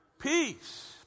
Peace